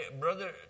Brother